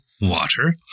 water